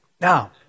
Now